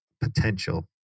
potential